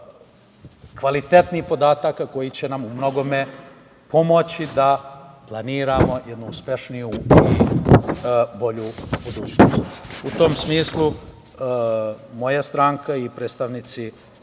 kvalitetnih podataka, koji će nam u mnogome pomoći da planiramo jednu uspešniju i bolju budućnost.U tom smislu, moja stranka i predstavnici